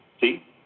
See